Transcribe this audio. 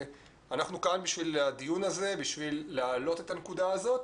אנחנו כאן בדיון הזה בשביל להעלות את הנקודה הזאת.